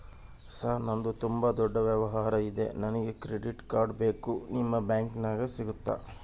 Sir ನಂದು ತುಂಬಾ ದೊಡ್ಡ ವ್ಯವಹಾರ ಇದೆ ನನಗೆ ಕ್ರೆಡಿಟ್ ಕಾರ್ಡ್ ಬೇಕು ನಿಮ್ಮ ಬ್ಯಾಂಕಿನ್ಯಾಗ ಸಿಗುತ್ತಾ?